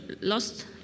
lost